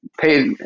pay